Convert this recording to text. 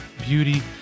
beauty